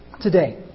today